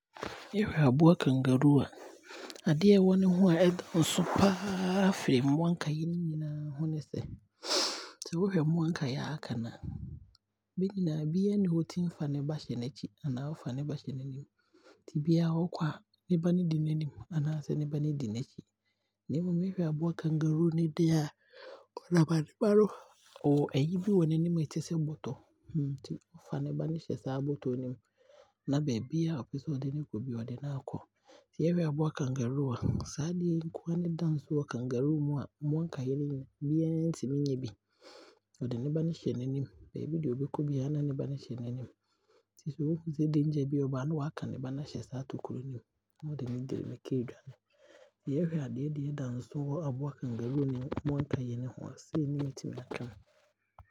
Yɛhwɛ aboa kangaruu a, adeɛ a ɛwɔ ne ho a ɛda nso paa firi mmoa nkaeɛ no nyinaa ho ne sɛ, sɛ wohwɛ mmoa nkaeɛ no a aka no a,benyinaa biaa nni hɔ a bɛtumi fa ba hyɛ n'akyi anaa ɔfa ne ba hyɛ n'anim. Nti biaa ɔɔkɔ a ne mma no di n'anim anaasɛ ne ba no di N'akyi. Na mmom yɛhwɛ aboa kangaruu no deɛ a, ɔnam bɔtɔ nti ɔtumi fa ne ba no hyɛ saa bɔtɔ ne mu na bɛbiaa a ɔpɛsɛ ɔde ne kɔ biaa ɔpɛsɛ ɔde no kɔ biaa na ɔde na aakɔ. Sɛ yɛhwɛɛ aboa kangaruu a saa adeɛ yi nkoaa ne ɛda nso ma ɔne mmoa nkaeɛ no mu. Biaa ntumi nnyɛ bi ɔde ne ba no hyɛ n'anim ne baabi deɛ ɔbɛkɔ biaa na ne ba no hyɛ n'anim. Nti sɛ ɔhu sɛ danger bi eeba a na waaka ne ba no aahyɛ ne yam na ɔde no de mmirika ɛdwane. Yɛhwɛ a deɛ ɛda nso wɔ aboa kangaruu ne mmoa nkaeɛ ne ho a, sei ne mɛtumi aaka.